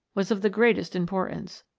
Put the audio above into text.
was of the greatest importance.